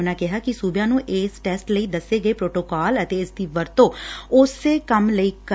ਉਨੁਾਂ ਕਿਹਾ ਕਿ ਸੂਬਿਆਂ ਨੂੰ ਇਸ ਟੈਸਟ ਲਈ ਦੱਸੇ ਗਏ ਪ੍ਰੋਟੋਕਾਲ ਅਤੇ ਇਸ ਦੀ ਵਰਤੋਂ ਉਸੇ ਕੰਮ ਲਈ ਕਰਨ